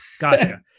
Gotcha